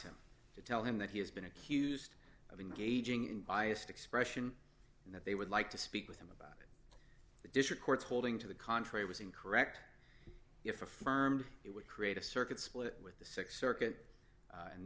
him to tell him that he has been accused of engaging in biased expression and that they would like to speak with him about the district court's holding to the contrary was incorrect if affirmed it would create a circuit split with the six circuit and